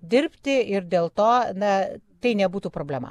dirbti ir dėl to na tai nebūtų problema